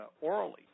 orally